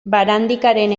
barandikaren